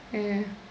ya